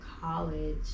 college